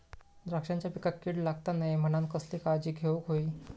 द्राक्षांच्या पिकांक कीड लागता नये म्हणान कसली काळजी घेऊक होई?